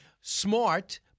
smart